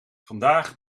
vandaag